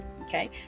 okay